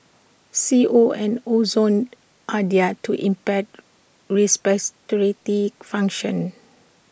C O and ozone are they are to impair functions